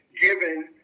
given